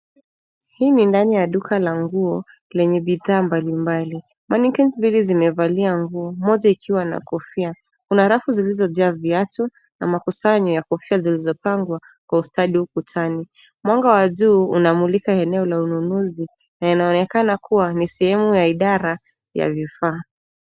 Hii ni ndani ya duka la nguo lenye bidhaa mbali mbali. Mannequin mbili zimevalia nguo, moja ikiwa na kofia. Kuna rafu zilizojaa viatu, na makusanyo ya kofia zilizopangwa kwa ustadi ukutani. Mwanga wa juu unamulika eneo la ununuzi, na inaonekana kua ni sehemu ya idara ya vifaa.